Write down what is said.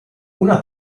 una